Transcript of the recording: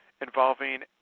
involving